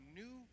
new